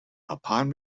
upon